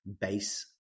base